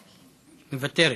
מוותרת,